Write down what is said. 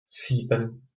sieben